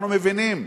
אנחנו מבינים.